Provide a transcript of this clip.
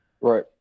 Right